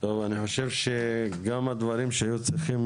אני חושב שגם הדברים שהיו צריכים